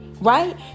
right